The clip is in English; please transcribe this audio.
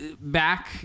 back